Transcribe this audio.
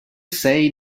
sei